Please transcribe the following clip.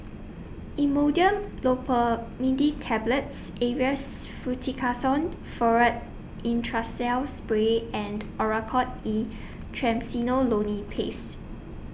Imodium Loperamide Tablets Avamys Fluticasone Furoate Intranasal Spray and Oracort E Triamcinolone Paste